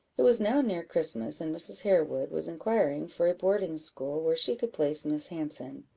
it was now near christmas, and mrs. harewood was inquiring for a boarding-school where she could place miss hanson.